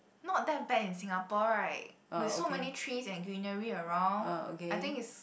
not that bad in Singapore right with so many trees and greenery around I think is